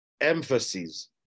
emphasis